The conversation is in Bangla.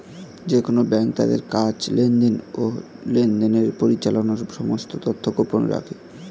যেকোন ব্যাঙ্ক তাদের কাজ, লেনদেন, ও লেনদেনের পরিচালনার সমস্ত তথ্য গোপন রাখে